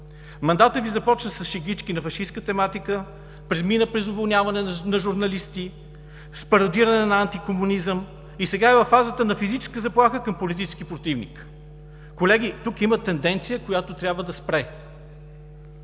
Мандатът Ви започна с шегички на фашистка тематика, премина през уволняване на журналисти, с парадиране на антикомунизъм и сега е във фазата на физическа заплаха към политически противник. Колеги, тук има тенденция, която трябва да спре.